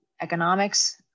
economics